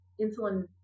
insulin